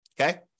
Okay